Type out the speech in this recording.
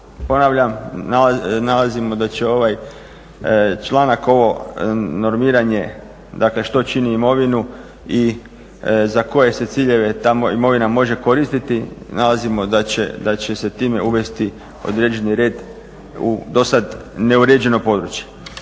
ponavljam nalazimo da će ovaj članak ovo normiranje, dakle što čini imovinu i za koje se ciljeve ta imovina može koristiti, nalazimo da će se time uvesti određeni red u do sad neuređeno područje.